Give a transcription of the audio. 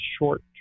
short